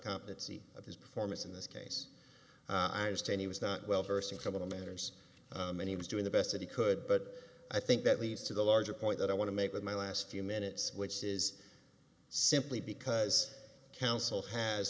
competency of his performance in this case i understand he was not well versed in coming on matters and he was doing the best that he could but i think that leads to the larger point that i want to make with my last few minutes which is simply because counsel has